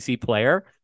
player